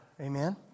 Amen